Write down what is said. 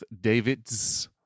Davids